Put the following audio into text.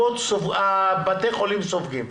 בתי החולים סופגים,